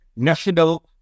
national